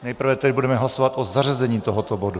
Nejprve tedy budeme hlasovat o zařazení tohoto bodu.